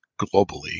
globally